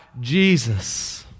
Jesus